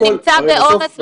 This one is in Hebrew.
שנמצא בעומס מטורף.